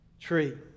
tree